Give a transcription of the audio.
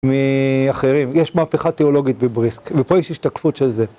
מאחרים, יש מהפכה תיאולוגית בבריסק, ופה יש השתקפות של זה.